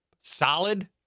Solid